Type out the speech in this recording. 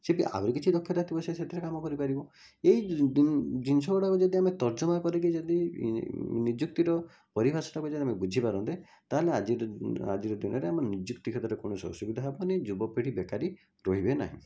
ସେମିତି ଆହୁରି କିଛି ଦକ୍ଷତାଥିବା ସେ କାମ କରିପାରିବ ଏହି ଜିନିଷ ଗୁଡ଼ାକ ଆମେ ଯଦି ତର୍ଜମା କରିକି ଯଦି ନିଯୁକ୍ତିର ପରିଭାଷାଟି ଯଦି ବୁଝିପାରନ୍ତେ ତାହେଲେ ଆଜିର ଦିନରେ ନିଯୁକ୍ତି କ୍ଷେତ୍ରରେ କୌଣସି ଅସୁବିଧା ହେବନି ଯୁବପିଢ଼ି ବେକାରି ରହିବେ ନାହିଁ